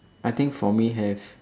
I think for me have